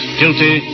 guilty